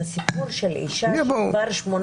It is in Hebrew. הסיפור של אישה שכבר 18 שנים וחצי --- יבואו,